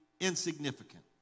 Insignificant